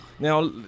Now